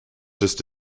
just